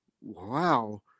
Wow